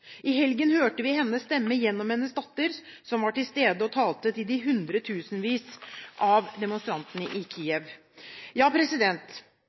I helgen hørte vi hennes stemme gjennom hennes datter, som var til stede og talte til hundretusenvis av demonstranter i Kiev. Ja,